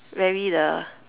very the